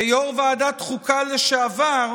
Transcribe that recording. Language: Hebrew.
כיו"ר ועדת חוקה לשעבר,